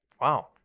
Wow